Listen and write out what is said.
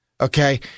Okay